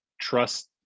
trust